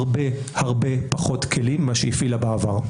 הרבה-הרבה פחות כלים ממה שהיא הפעילה בעבר.